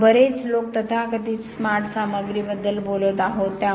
आपण बरेच लोक तथाकथित स्मार्ट सामग्रीबद्दल बोलत आहोत